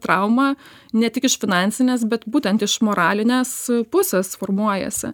trauma ne tik iš finansinės bet būtent iš moralinės pusės formuojasi